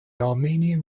armenian